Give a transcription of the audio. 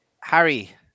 Harry